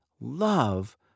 love